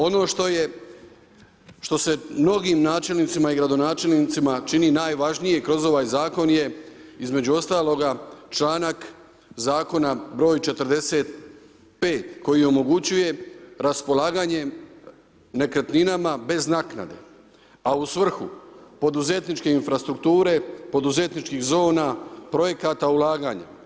Ono što se mnogim načelnicima i gradonačelnicima čini najvažnije kroz ovaj zakon je, između ostaloga, članak zakona broj 45. koji omogućuje raspolaganjem nekretninama bez naknade, a u svrhu poduzetničke infrastrukture, poduzetničkih zona, projekata ulaganja.